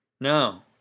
No